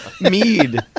mead